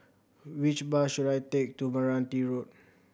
which bus should I take to Meranti Road